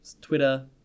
Twitter